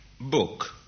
Book